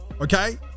okay